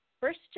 first